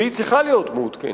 והיא צריכה להיות מעודכנת,